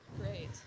Great